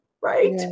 right